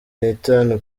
n’itanu